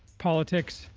politics,